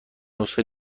نسخه